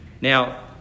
Now